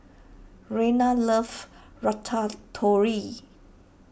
Rayna loves Ratatouille